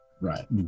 Right